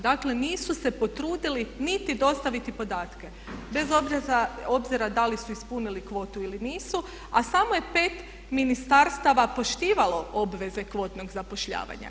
Dakle, nisu se potrudili niti dostaviti podatke bez obzira da li su ispunili kvotu ili nisu a samo je 5 ministarstava poštivalo obveze kvotnog zapošljavanja.